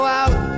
out